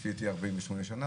לפני 48 שנה,